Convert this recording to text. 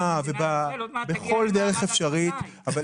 ובכל דרך אפשרית -- הגעת כבר להקמת מדינת ישראל,